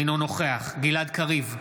אינו נוכח גלעד קריב,